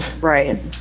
Right